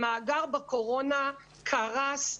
המאגר בקורונה קרס.